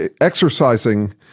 exercising